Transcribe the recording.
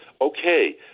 okay